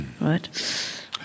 right